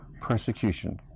persecution